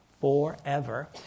forever